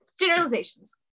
generalizations